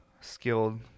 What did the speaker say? skilled